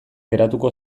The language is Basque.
geratuko